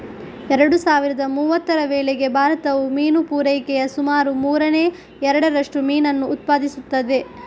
ಎರಡು ಸಾವಿರದ ಮೂವತ್ತರ ವೇಳೆಗೆ ಭಾರತವು ಮೀನು ಪೂರೈಕೆಯ ಸುಮಾರು ಮೂರನೇ ಎರಡರಷ್ಟು ಮೀನನ್ನು ಉತ್ಪಾದಿಸುತ್ತದೆ